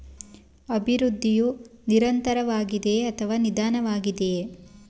ಅಭಿವೃದ್ಧಿಯು ನಿರಂತರವಾಗಿದೆಯೇ ಅಥವಾ ನಿಧಾನವಾಗಿದೆಯೇ?